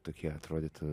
tokie atrodytų